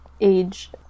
age